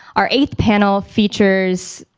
our eighth panel features,